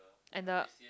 and the